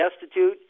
destitute